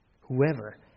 Whoever